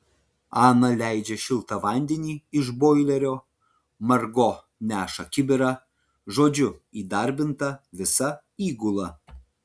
ana leidžia šiltą vandenį iš boilerio margo neša kibirą žodžiu įdarbinta visa įgula